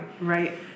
right